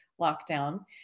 lockdown